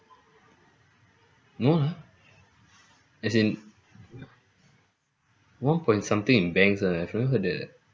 no lah as in one point something in banks I've never heard that eh